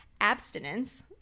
abstinence